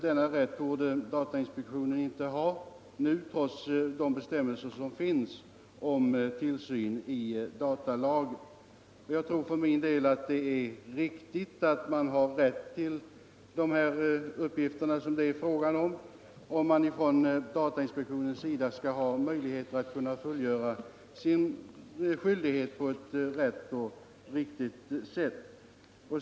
Denna rätt torde datainspektionen inte ha nu trots de bestämmelser om tillsyn som finns i datalagen. Jag tror för min del att det är riktigt att datainspektionen har rätt till de här uppgifterna för att kunna fullgöra sin skyldighet på rätt sätt.